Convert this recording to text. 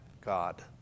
God